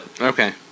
Okay